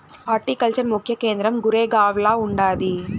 horticulture ముఖ్య కేంద్రం గురేగావ్ల ఉండాది